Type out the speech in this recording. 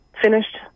finished